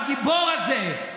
הגיבור הזה,